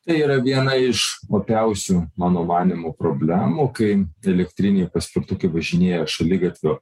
tai yra viena iš opiausių mano manymu problemų kai elektriniai paspirtukai važinėja šaligatvio